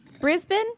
Brisbane